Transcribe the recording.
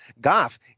Goff